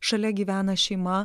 šalia gyvena šeima